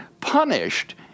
punished